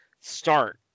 Start